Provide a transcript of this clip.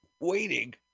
waiting